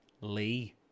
lee